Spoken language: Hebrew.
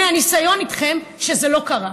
מהניסיון איתכם, שזה לא קרה.